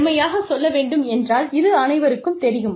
நேர்மையாக சொல்லவேண்டும் என்றால் இது அனைவருக்கும் தெரியும்